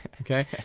okay